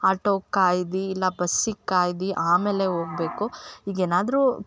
auto ಕಾಯ್ದು ಇಲ್ಲ ಬಸ್ಸಿಗೆ ಕಾಯ್ದು ಆಮೇಲೆ ಹೋಗ್ಬೇಕು ಈಗ ಏನಾದ್ರು